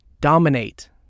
dominate